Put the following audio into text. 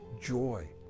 joy